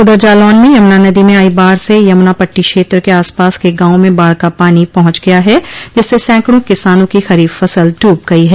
उधर जालौन में यमुना नदी में आई बाढ से यमुना पट्टी क्षेत्र के आसपास के गांवो में बाढ़ का पानी पहुंच गया है जिससे सैकड़ों किसानों की खरीफ फसल डूब गई है